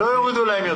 לא יורידו להם יותר.